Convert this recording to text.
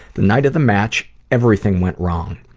the night of the match, everything went wrong.